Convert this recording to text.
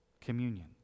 communion